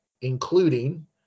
including